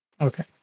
Okay